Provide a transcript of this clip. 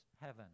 heaven